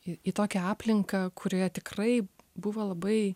į į tokią aplinką kurioje tikrai buvo labai